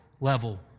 level